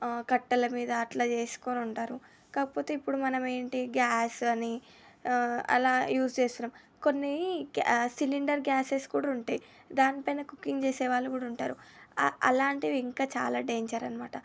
కట్టల మీద అట్లా చేసుకొని ఉంటారు కాకపోతే ఇప్పుడు మనం ఏంటి గ్యాస్ అని అలా యూస్ చేస్తున్నాం కొన్ని గ్యాస్ సిలిండర్ గ్యాసెస్ కూడా ఉంటాయి దానిపైనే కుకింగ్ చేసే వాళ్ళు కూడా ఉంటారు అలాంటివి ఇంకా చాలా డేంజర్ అన్నమాట